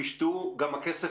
בואו תנו פיצוי מהיר לפי המחזור.